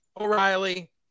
O'Reilly